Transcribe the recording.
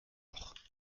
loch